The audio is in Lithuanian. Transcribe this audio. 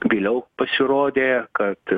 vėliau pasirodė kad